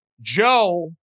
Joe